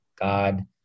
God